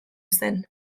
zen